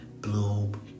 bloom